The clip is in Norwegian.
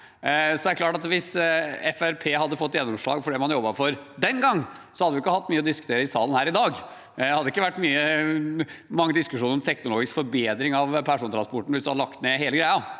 hadde fått gjennomslag for det man jobbet for den gangen, hadde vi ikke hatt mye å diskutere i salen her i dag. Det hadde ikke vært mange diskusjoner om teknologisk forbedring av persontransporten hvis en hadde lagt ned hele greia.